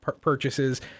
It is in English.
purchases